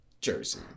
Jersey